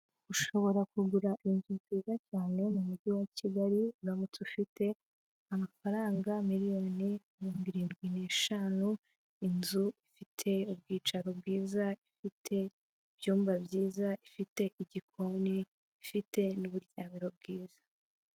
Ushobora kugura inzu nziza cyane mu mujyi wa Kigali uramutse ufite amafaranga miliyoni mirongo irindwi n'eshanu inzu ifite ubwicaro bwiza, ifite ibyumba byiza, ifite igikoni, ifite n'uburyarya bwiza.